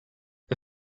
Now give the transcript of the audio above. the